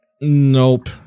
Nope